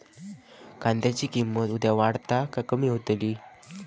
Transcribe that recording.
कांद्याची किंमत उद्या वाढात की कमी होईत?